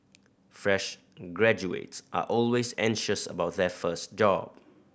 fresh graduates are always anxious about their first job